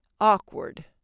Awkward